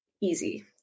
easy